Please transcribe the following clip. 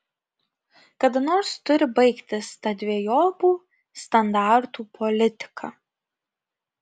kada nors turi baigtis ta dvejopų standartų politika